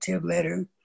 letter